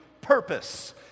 purpose